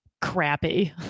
crappy